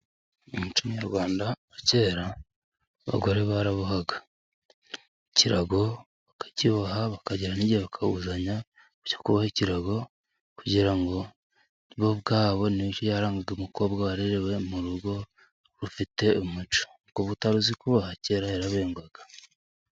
Umuco nyarwanda wa kera abagore barabohaga, ikirago bakakiboha bakagera n'igihe bakabuzanya, ibyo kuboha ikirago kugira ngo bo bwabo, ni yaramutse umukobwa warerewe mu rugo ufite umuco umukobwa utaruzi kuboha kera yarabegwaga.